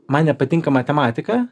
man nepatinka matematika